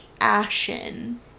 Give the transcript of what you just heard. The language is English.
ashen